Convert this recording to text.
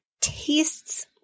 tastes